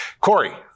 Corey